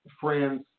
friends